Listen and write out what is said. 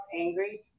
angry